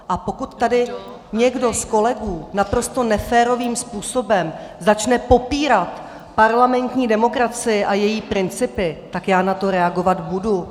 A pokud tady někdo z kolegů naprosto neférovým způsobem začne popírat parlamentní demokracii a její principy, tak já na to reagovat budu.